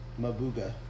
Mabuga